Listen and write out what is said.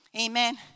amen